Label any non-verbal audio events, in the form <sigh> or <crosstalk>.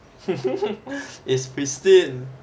<laughs> is pristine